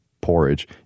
porridge